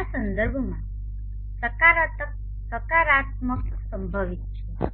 આના સંદર્ભમાં સકારાત્મક સંભવિત છે